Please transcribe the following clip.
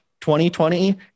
2020